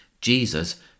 Jesus